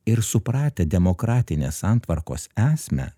ir supratę demokratinės santvarkos esmę